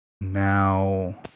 Now